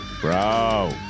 Bro